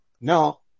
No